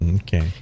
Okay